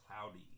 cloudy